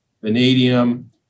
vanadium